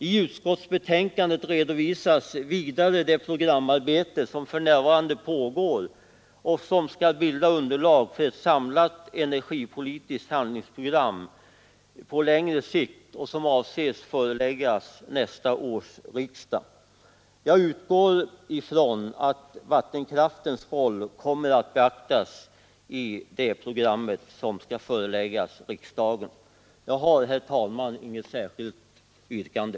I utskottsbetänkandet redovisas vidare det programarbete som för närvarande pågår och som skall bilda underlag för ett samlat energipolitiskt handlingsprogram på längre sikt, som man avser att förelägga nästa års riksdag. Jag utgår ifrån att vattenkraftens roll kommer att beaktas i detta program. Herr talman! Jag har inget särskilt yrkande.